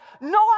no